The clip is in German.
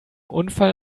unfall